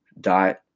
dot